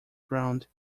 ground